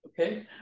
Okay